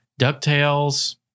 DuckTales